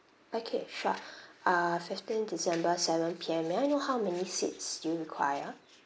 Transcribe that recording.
okay sure ah fifteenth december seven P_M may I know how many seats do you require